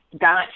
got